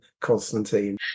Constantine